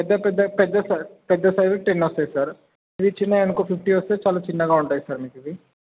పెద్ద పెద్ద పెద్ద సార్ పెద్ద సైజ్ టెన్ వస్తాయి సార్ అదే చిన్నవి అనుకో ఫిఫ్టీ వస్తాయి చాలా చిన్నగా ఉంటాయి సార్ మీకు ఇవి